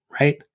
right